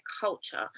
culture